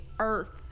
Earth